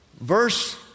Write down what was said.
verse